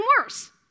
worse